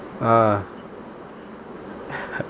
ah